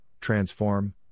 Transform